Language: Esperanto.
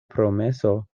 promeso